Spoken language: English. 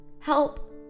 Help